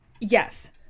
yes